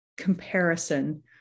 comparison